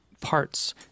parts